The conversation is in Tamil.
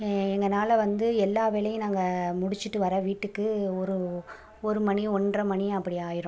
எங்கனால் வந்து எல்லா வேலையும் நாங்கள் முடிச்சுட்டு வர வீட்டுக்கு ஒரு ஒரு மணி ஒன்றை மணி அப்படி ஆகிரும்